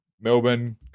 Melbourne